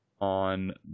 on